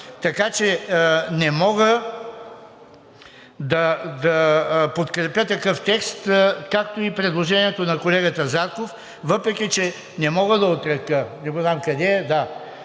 Така че не мога да подкрепя такъв текст, както и предложението на колегата Зарков, въпреки че не мога да отрека, не го знам къде е, да,